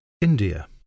India